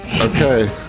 Okay